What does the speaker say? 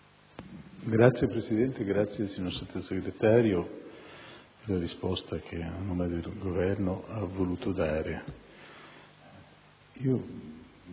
Signora Presidente, ringrazio il signor Sottosegretario per la risposta che, a nome del Governo, ha voluto dare.